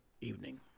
evening